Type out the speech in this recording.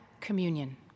communion